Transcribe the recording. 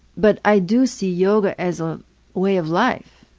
but i do see yoga as a way of life.